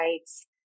rights